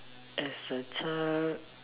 as a child